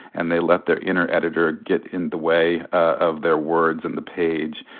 and they let their inner editor get in the way of their words and the page.